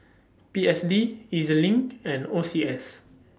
P S D E Z LINK and O C S